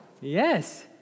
Yes